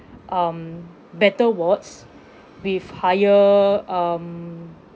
um better wards with higher um